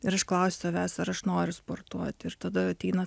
ir aš klausiu savęs ar aš noriu sportuot ir tada ateina